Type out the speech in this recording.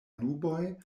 nuboj